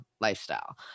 lifestyle